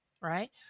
right